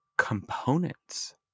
components